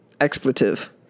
expletive